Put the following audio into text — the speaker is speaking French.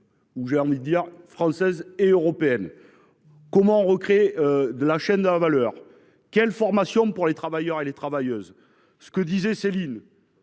Où j'ai envie de dire française et européenne. Comment recréer de la chaîne de valeur. Quelle formation pour les travailleurs et les travailleuses. Ce que disait Céline.